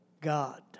God